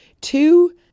Two